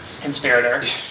conspirator